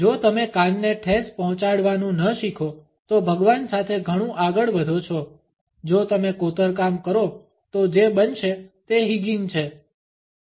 જો તમે કાનને ઠેસ પહોંચાડવાનું ન શીખો તો ભગવાન સાથે ઘણું આગળ વધો છો Refer slide time 0757 જો તમે કોતરકામ કરો તો જે બનશે તે હિગિન છે Refer slide time 0804